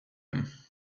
him